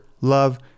love